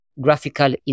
graphical